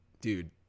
dude